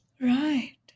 Right